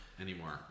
anymore